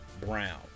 Brown